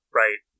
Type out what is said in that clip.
right